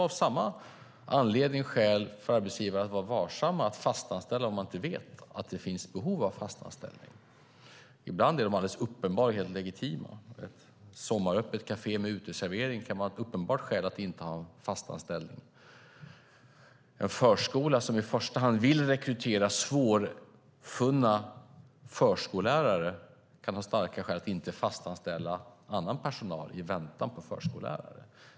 Av samma anledning finns det skäl för arbetsgivare att vara varsamma med att fastanställa om man inte vet att det finns behov av en fast anställning. Ibland är skälen alldeles uppenbara och helt legitima. Ett sommaröppet kafé med uteservering kan vara ett uppenbart skäl att inte ha fast anställda. En förskola som i första hand vill rekrytera svårfunna förskollärare kan ha starka skäl att inte fastanställa annan personal i väntan på förskollärare.